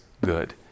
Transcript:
good